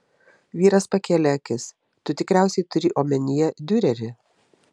vyras pakėlė akis tu tikriausiai turi omenyje diurerį